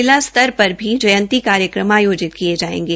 जिला स्तर पर भी जयंती कार्यक्रम आयोजित किये जाएंगे